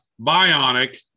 bionic